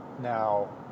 Now